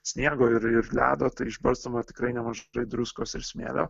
sniego ir ir ledo tai išbarstoma tikrai nemažai druskos ir smėlio